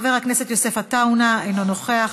חבר הכנסת יוסף עטאונה אינו נוכח,